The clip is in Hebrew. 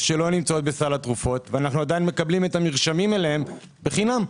שלא נמצאות בסל התרופות ועדיין אנחנו מקבלים את המרשמים להן בחינם.